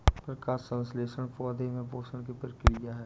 प्रकाश संश्लेषण पौधे में पोषण की प्रक्रिया है